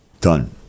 done